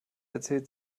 erzählt